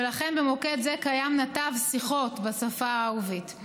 ולכן במוקד זה קיים נתב שיחות בשפה הערבית.